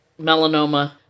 melanoma